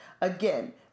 Again